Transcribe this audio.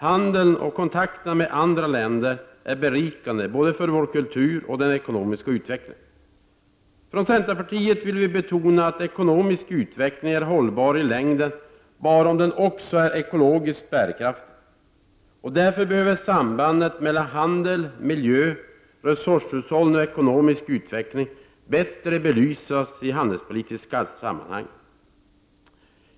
Handeln och kontakterna med andra länder är berikande både för vår kultur och för den ekonomiska utvecklingen. Från centerpartiet vill vi betona att ekonomisk utveckling är hållbar i längden bara om den också är ekologiskt bärkraftig. Därför behöver sambandet mellan handel, miljö, resurshushållning och ekonomisk utveckling bättre belysas i handelspolitiska sammanhang.